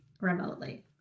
remotely